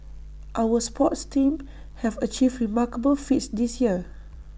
our sports teams have achieved remarkable feats this year